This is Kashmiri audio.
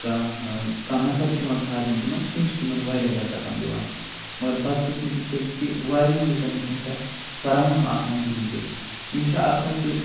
کانٛہہ کانٛہہ نفر چھُ یِوان ژھارنہِ تِمن تِم چھِ تِمن وارِیاہ زیادٕ رقم دِوان مگر بدقٕسمٔتی چھےٚ یہِ کہِ وارِیاہن لُکن نِش چھِنہٕ سۄ فراہم آسان کِہیٖنۍ تہِ یِم چھِ آسمَژٕ